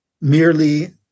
merely